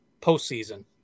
postseason